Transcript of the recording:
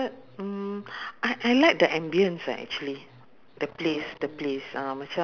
okay I give you eh uh what I don't mind eh fitness and sport um